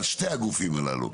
על שני הגופים הללו.